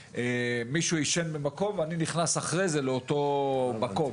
מישהו עישן במקום ואני נכנס לאחר מכן לאותו מקום.